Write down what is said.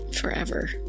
forever